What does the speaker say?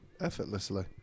effortlessly